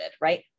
right